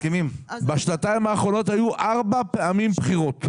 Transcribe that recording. בשנתיים האחרונות היו ארבע פעמים בחירות.